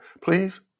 Please